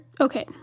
okay